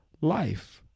life